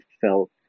felt